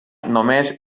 només